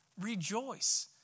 Rejoice